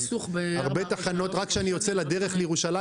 הרבה תחנות רק כשאני יוצא לדרך לירושלים